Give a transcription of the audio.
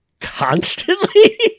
constantly